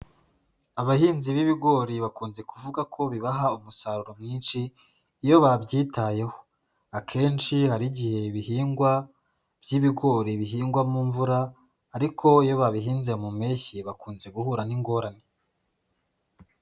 Abahinzi b'ibigori bakunze kuvuga ko bibaha umusaruro mwinshi iyo babyitayeho, akenshi hari igihe ibihingwa by'ibigori bihingwa mu mvura ariko iyo babihinze mu mpeshyi bakunze guhura n'ingorane.